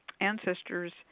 ancestors